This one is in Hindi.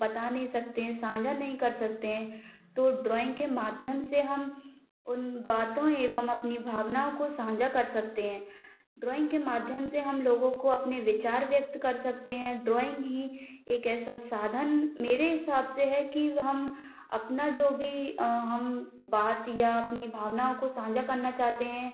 बता नहीं सकते हैं साझा नहीं कर सकते हैं तो ड्राॅइंग के माध्यम से हम उन बातों एवं अपनी भावनाओं को साझा कर सकते हैं ड्राॅइंग के माध्यम से हम लोगों को अपने विचार व्यक्त कर सकते हैं ड्राॅइंग ही एक ऐसा साधन मेरे हिसाब से है कि हम अपना जो भी हम बात या अपनी भावनाओं को साझा करना चाहते हैं